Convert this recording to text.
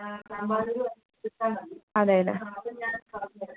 അതെ അല്ലേ